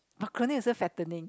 macaroni also fattening